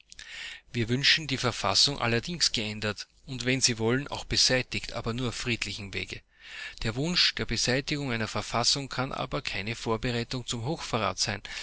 wir wünschen die verfassung allerdings geändert und wenn sie wollen auch beseitigt aber nur auf friedlichem wege der wunsch der beseitigung einer verfassung kann aber keine vorbereitung zum hochverrat sein